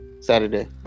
Saturday